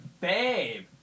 babe